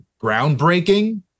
groundbreaking